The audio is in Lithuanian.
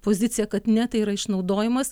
pozicija kad ne tai yra išnaudojimas